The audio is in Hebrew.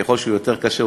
ככל שהוא יותר קשה,